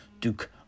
Duke